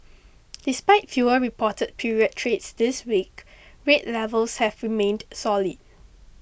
despite fewer reported period trades this week rate levels have remained solid